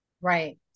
Right